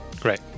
great